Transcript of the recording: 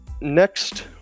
next